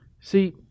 See